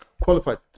qualified